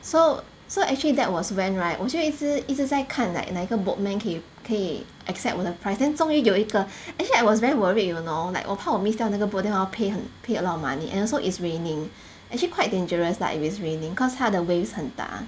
so so actually that was when right 我就一直一直在看 like 哪一个 boatman 可以可以 accept 我的 price then 终于有一个 actually I was very worried you know like 我怕我 miss 掉那个 boat then 我要 pay 很 pay a lot of money and also it's raining actually quite dangerous lah if it's raining cause 它的 waves 很大